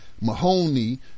Mahoney